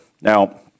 Now